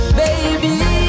baby